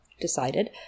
decided